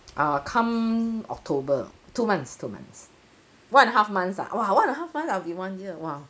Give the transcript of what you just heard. ah come october two months two months one and a half months ah !wah! one and a half months I'll be one year !wow!